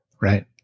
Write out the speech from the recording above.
Right